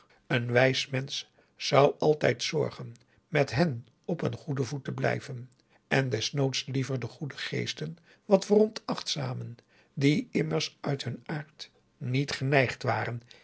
een wijs mensch zou altijd zorgen met hen op een goeden voet te blijven en desnoods liever de goede geesten wat veronachtzamen die immers uit hun aard niet geneigd waren